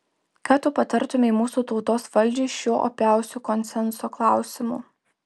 ką tu patartumei mūsų tautos valdžiai šiuo opiausiu konsenso klausimu